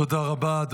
תודה רבה.